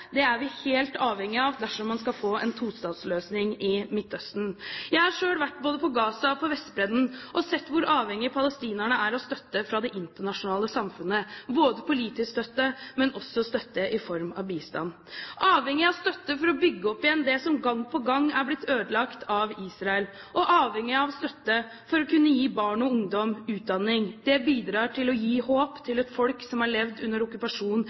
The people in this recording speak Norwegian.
er vi helt avhengig av dersom man skal få en tostatsløsning i Midtøsten. Jeg har selv vært både i Gaza og på Vestbredden og sett hvor avhengige palestinerne er av støtte fra det internasjonale samfunnet, både politisk støtte og støtte i form av bistand. De er avhengige av støtte for å bygge opp igjen det som gang på gang er blitt ødelagt av Israel, og de er avhengige av støtte for å kunne gi barn og ungdom utdanning. Det bidrar til å gi håp til et folk som har levd under okkupasjon